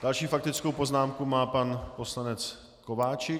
Další faktickou poznámku má pan poslanec Kováčik.